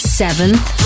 seventh